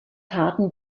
harten